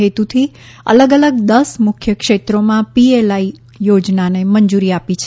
હેતુથી અલગ અલગ દસ મુખ્ય ક્ષેત્રોમાં પીએલઆઇ યોજનાને મંજૂરી આપી છે